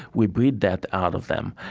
we breed that out of them.